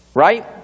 Right